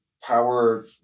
power